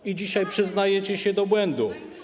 I dzisiaj przyznajecie się do błędu.